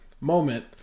moment